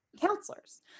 counselors